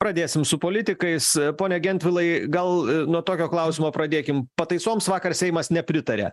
pradėsim su politikais pone gentvilai gal nuo tokio klausimo pradėkim pataisoms vakar seimas nepritarė